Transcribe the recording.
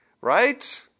right